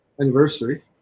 anniversary